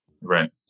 Right